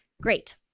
Great